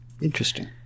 Interesting